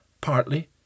Partly